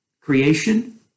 creation